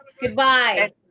Goodbye